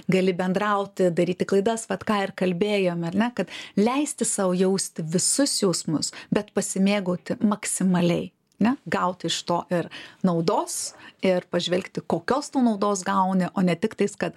gali bendrauti daryti klaidas vat ką ir kalbėjom ar ne kad leisti sau jausti visus jausmus bet pasimėgauti maksimaliai ne gauti iš to ir naudos ir pažvelgti kokios naudos gauni o ne tik tais kad